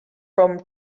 from